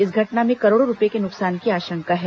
इस घटना में करोड़ों रूपये के नुकसान की आशंका है